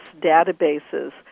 databases